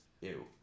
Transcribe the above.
Ew